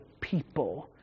people